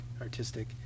artistic